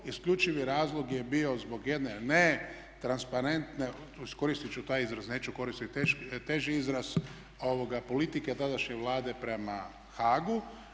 Isključivi razlog je bio zbog jedne netransparentne, iskoristit ću taj izraz, neću koristiti teži izraz politike tadašnje Vlade prema Haagu.